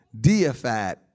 deified